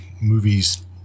movies